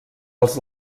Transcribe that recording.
els